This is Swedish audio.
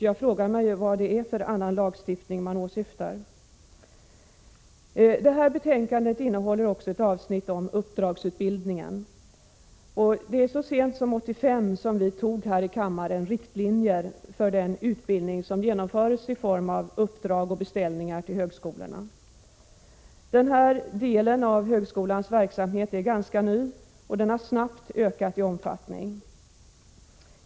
Jag frågar mig vilken annan lagstiftning man åsyftar. Betänkandet innehåller ett avsnitt om uppdragsutbildningen vid våra högskolor. Så sent som 1985 antog vi här i kammaren riktlinjer för den utbildning som genomförs i form av uppdrag och beställningar till högskolorna. Den här delen av högskolans verksamhet är ganska ny, och den har snabbt ökat i omfattning.